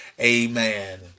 Amen